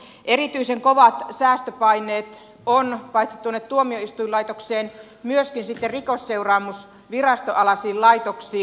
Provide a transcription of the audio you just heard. erityisen kovat säästöpaineet on paitsi tuomioistuinlaitokseen myöskin sitten rikosseuraamusviraston alaisiin laitoksiin